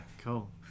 Cool